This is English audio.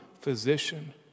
physician